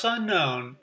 Unknown